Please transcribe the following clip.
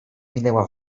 minęła